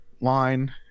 line